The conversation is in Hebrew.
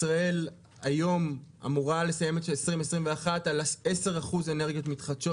ישראל היום אמורה לסיים את שנת 2021 על עשרה אחוזים אנרגיות מתחדשות,